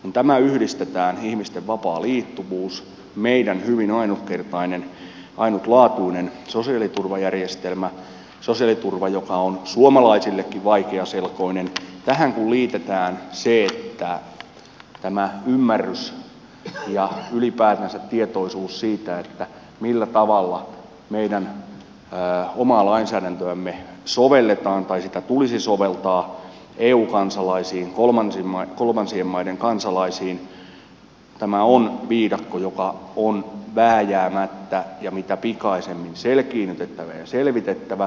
kun yhdistetään ihmisten vapaa liikkuvuus ja meidän hyvin ainutlaatuinen sosiaaliturvajärjestelmä sosiaaliturva joka on suomalaisillekin vaikeaselkoinen ja tähän liitetään tämä ymmärrys ja ylipäätänsä tietoisuus siitä millä tavalla meidän omaa lainsäädäntöämme sovelletaan tai sitä tulisi soveltaa eu kansalaisiin kolmansien maiden kansalaisiin tämä on viidakko joka on vääjäämättä ja mitä pikaisemmin selkiinnytettävä ja selvitettävä